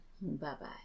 Bye-bye